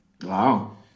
Wow